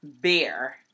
beer